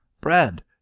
Bread